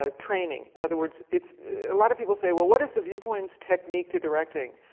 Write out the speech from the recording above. ah training. in other words, it's a lot of people say, well, what is the viewpoints technique to directing?